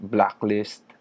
Blacklist